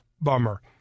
Bummer